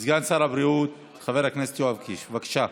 סגן שר הבריאות חבר הכנסת יואב קיש, בבקשה.